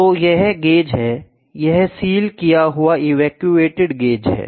तो यह गेज है यह सील किया हुआ कि इवकेटेड गेज है